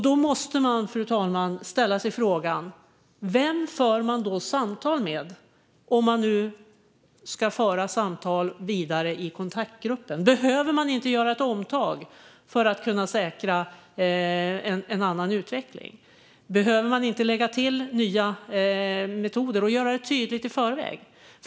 Då måste man, fru talman, ställa sig frågan vem man ska föra samtal med, om man nu ska föra vidare samtal i kontaktgruppen. Behöver man inte ta ett omtag för att kunna säkra en annan utveckling? Behöver man inte lägga till nya metoder och göra det tydligt i förväg?